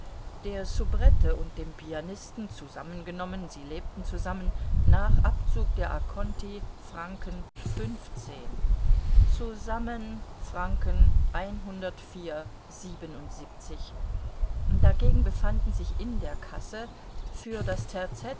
der soubrette und dem pianisten zusammengenommen sie lebten zusammen nach abzug der conti zusammen dagegen befanden sich in der kasse für das